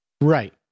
Right